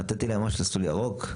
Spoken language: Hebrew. נתתי להם מסלול ירוק,